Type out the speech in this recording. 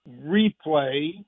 replay